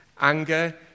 Anger